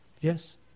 Yes